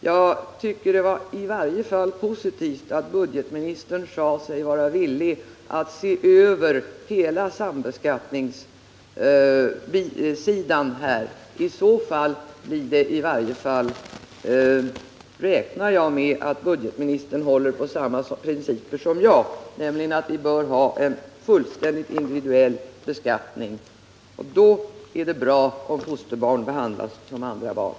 Jag tycker det var positivt att budgetministern sade sig vara villig att se över hela sambeskattningssidan. I så fall räknar jag med att budgetministern håller på samma principer som jag, nämligen att vi bör ha en fullständigt individuell beskattning. Då är det bra om fosterbarn behandlas som andra barn.